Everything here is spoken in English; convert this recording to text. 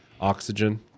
Oxygen